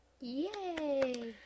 Yay